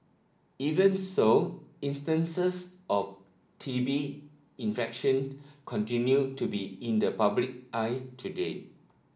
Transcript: even so instances of T B infection continue to be in the public eye today